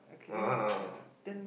okay then then